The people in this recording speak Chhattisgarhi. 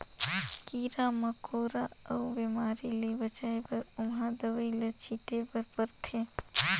कीरा मकोरा अउ बेमारी ले बचाए बर ओमहा दवई ल छिटे बर परथे